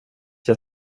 jag